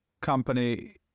company